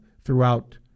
throughout